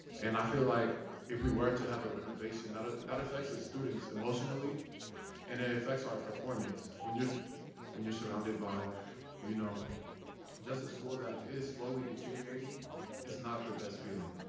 and i feel like if we were to have a renovation that ah that effects us students emotionally and it affects our performance. when you're when you're surrounded by you know and just a school that is slowly deteriorating is not the best feeling.